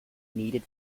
needed